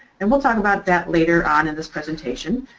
and we'll talk about that later on in this presentation.